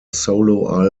solo